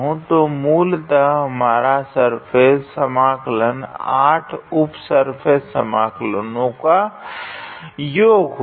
तो मूलतः हमारा सर्फेस समाकलन 8 उप सर्फेस समकलनों का योग होगा